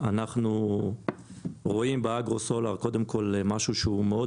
אנחנו רואים באגרו-סולאר משהו שהוא מאוד